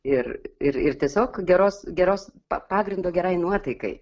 ir ir ir tiesiog geros geros pagrindo gerai nuotaikai